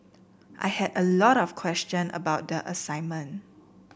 I had a lot of question about the assignment